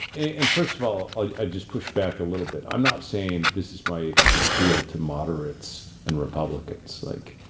and first of all, i'd i'd just push back a little bit. i'm not saying this is my appeal to moderates and republicans. like,